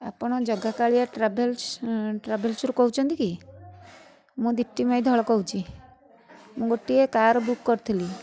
ଆପଣ ଜଗା କାଳିଆ ଟ୍ରାଭେଲ୍ସ୍ ଟ୍ରାଭେଲ୍ସ୍ରୁ କହୁଛନ୍ତି କି ମୁଁ ଦିପ୍ତିମୟୀ ଧଳ କହୁଛି ମୁଁ ଗୋଟିଏ କାର୍ ବୁକ୍ କରିଥିଲି